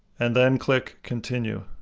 and then click continue.